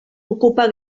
ocupa